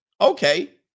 okay